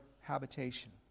habitation